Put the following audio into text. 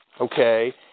Okay